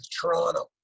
Toronto